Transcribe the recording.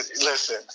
listen